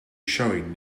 showing